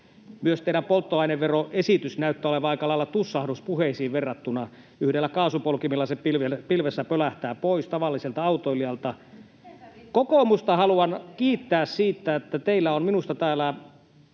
Myös teidän polttoaineveroesityksenne näyttää olevan aika lailla tussahdus puheisiin verrattuna. Yhdellä kaasun polkaisulla se pilvessä pölähtää pois tavalliselta autoilijalta. Kokoomusta haluan kiittää siitä, että teillä on minusta täällä